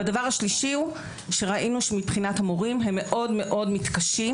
הדבר השלישי הוא שראינו שמבחינת המורים הם מאוד מאוד מתקשים